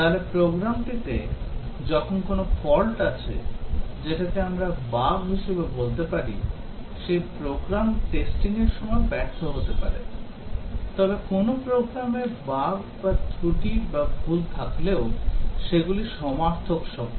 তাহলে প্রোগ্রামটিতে যখন কোন ফল্ট আছে যেটাকে আমরা বাগ হিসেবে বলতে পারি সেই প্রোগ্রাম টেস্টিং এর সময় ব্যর্থ হতে পারে তবে কোনও প্রোগ্রামে বাগ বা ত্রুটি বা ভুল থাকলেও সেগুলি সমার্থক শব্দ